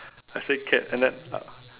I said cat and then uh